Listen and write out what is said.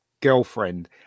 girlfriend